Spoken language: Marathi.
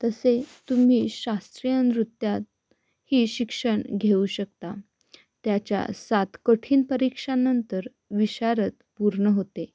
तसेच तुम्ही शास्त्रीय नृत्यातही शिक्षण घेऊ शकता त्याच्यात सात कठीण परीक्षा नंतर विशारद पूर्ण होते